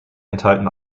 enthalten